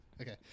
Okay